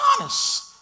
honest